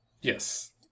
Yes